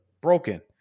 broken